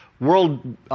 World